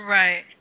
right